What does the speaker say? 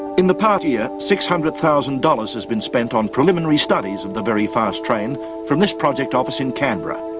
in the past year six hundred thousand dollars has been spent on preliminary studies of the very fast train from this project office in canberra,